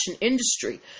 industry